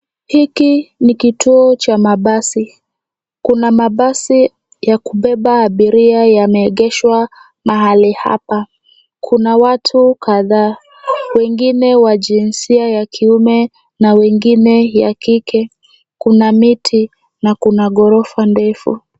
Hiki ni kituo cha mabasi. Kuna mabasi ya kubeba abiria yameegeshwa mahali hapa. Kuna watu kadhaa, wengine wa jinsia ya kiume na wengine ya kike. Kuna miti na kuna ghorofa ndefu.